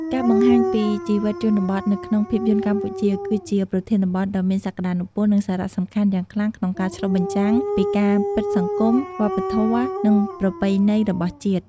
ការបង្ហាញពីជីវិតជនបទនៅក្នុងភាពយន្តកម្ពុជា គឺជាប្រធានបទដ៏មានសក្ដានុពល និងសារៈសំខាន់យ៉ាងខ្លាំងក្នុងការឆ្លុះបញ្ចាំងពីការពិតសង្គម វប្បធម៌ និងប្រពៃណីរបស់ជាតិ។